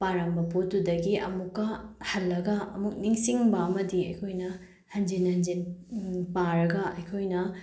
ꯄꯥꯔꯝꯕ ꯄꯣꯠꯇꯨꯗꯒꯤ ꯑꯃꯨꯛꯀ ꯍꯜꯂꯒ ꯑꯃꯨꯛ ꯅꯤꯡꯁꯤꯡꯕ ꯑꯃꯗꯤ ꯑꯩꯈꯣꯏꯅ ꯍꯟꯖꯤꯟ ꯍꯟꯖꯤꯟ ꯄꯥꯔꯒ ꯑꯩꯈꯣꯏꯅ